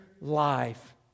Life